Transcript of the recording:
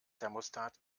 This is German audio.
thermostat